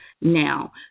now